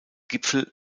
gipfel